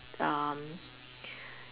um